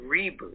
reboot